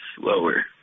slower